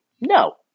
No